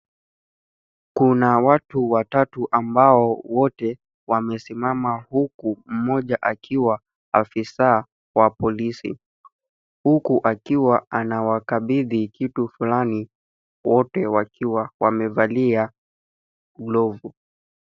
Kuna watu watatu ambao wote wamesimama huku, mmoja akiwa afisa wa polisi; huku akiwa anawakabidhi kitu fulani wote wakiwa wamevalia glavu.